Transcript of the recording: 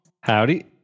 Howdy